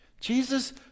Jesus